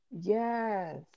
Yes